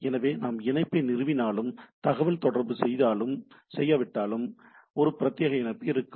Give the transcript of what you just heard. எனவே நான் இணைப்பை நிறுவினாலும் தகவல் தொடர்பு செய்தாலும் இல்லாவிட்டாலும் இது ஒரு பிரத்யேக இணைப்பு ஆகும்